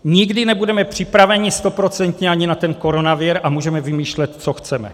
Nikdy nebudeme připraveni stoprocentně ani na ten koronavir, a můžeme vymýšlet, co chceme.